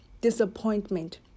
disappointment